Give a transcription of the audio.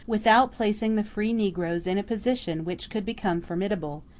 without placing the free negroes in a position which could become formidable,